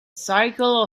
circle